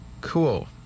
Cool